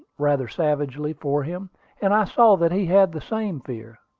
rather savagely for him and i saw that he had the same fear.